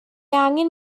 angen